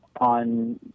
on